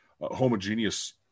homogeneous